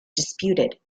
disputed